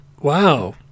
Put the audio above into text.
Wow